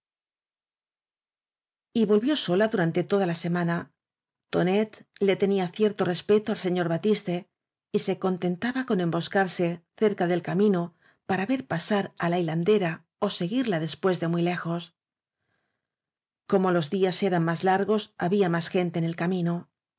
volvió sola durante toda la semana tonet le tenía cierto respeto al señor batiste y se contentaba con emboscarse cerca del camino para ver pasar á la hilandera ó seguirla después de muy lejos como los días eran más largos había más gente en el camino